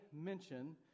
mention